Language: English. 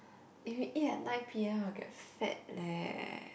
if you eat at nine P_M will get fat leh